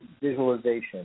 visualization